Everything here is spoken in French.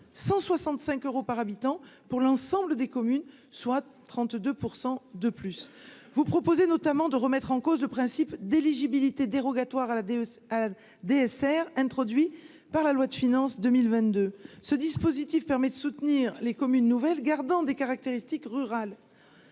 165 euros par habitant pour l'ensemble des communes, soit 32 % de plus vous proposez notamment de remettre en cause le principe d'éligibilité dérogatoire à la DEA DSR introduit par la loi de finances 2022, ce dispositif permet de soutenir les communes nouvelles gardant des caractéristiques rural.